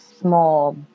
small